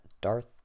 darth